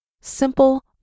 simple